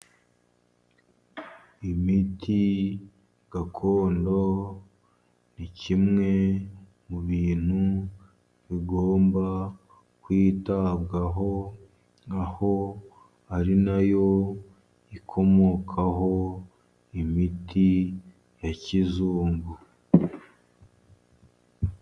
Imiti gakondo, ni kimwe mu bintu bigomba kwitabwaho, ari nayo ikomokaho imiti ya kizungu.